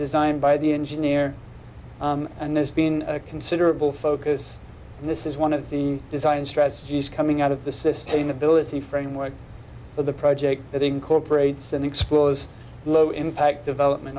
designed by the engineer and there's been a considerable focus and this is one of the design strategies coming out of the sistine ability framework for the project that incorporates and explore those low impact development